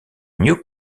new